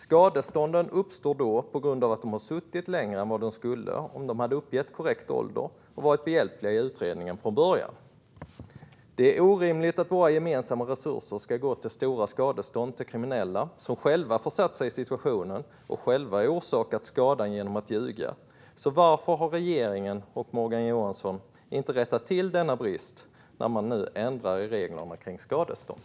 Skadestånden uppstår då på grund av att de har suttit längre än vad de skulle ha gjort om de hade uppgett korrekt ålder och varit behjälpliga i utredningen från början. Det är orimligt att våra gemensamma resurser ska gå till stora skadestånd till kriminella som själva försatt sig i situationen och själva orsakat skadan genom att ljuga. Varför har regeringen och Morgan Johansson inte rättat till denna brist när man nu ändrar i reglerna kring skadestånd?